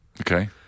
Okay